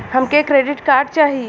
हमके credit card चाही